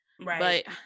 right